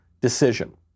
decision